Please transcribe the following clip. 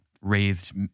raised